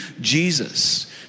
Jesus